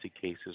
cases